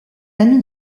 ami